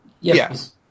Yes